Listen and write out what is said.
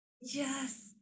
yes